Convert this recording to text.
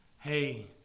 Hey